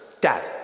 Dad